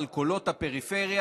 שהקריבו את היקר להן